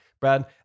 brad